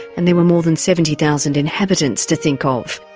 and there were more than seventy thousand inhabitants to think ah of.